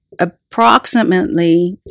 approximately